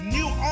New